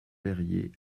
perrier